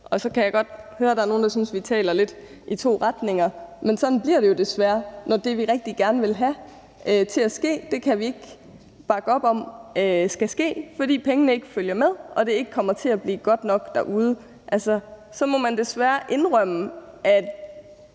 Og så kan jeg godt høre, at der er nogle, der synes, at vi taler lidt i to forskellige retninger, men sådan bliver det jo desværre, når det, vi rigtig gerne vil have skal ske, ikke er noget, vi kan bakke op om skal ske, fordi pengene ikke følger med og det ikke kommer til at blive godt nok derude. Altså, så må man desværre indrømme, at